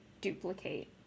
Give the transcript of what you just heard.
duplicate